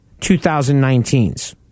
2019s